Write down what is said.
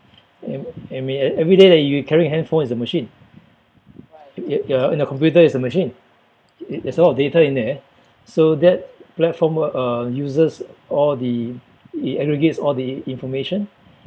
and and we every day that you carry handphone is a machine yeah yeah and a computer is a machine it there's a lot of data in there so that platform uh uses all the it aggregates all the information